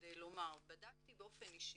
כדי לומר, בדקתי באופן אישי.